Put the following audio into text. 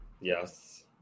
Yes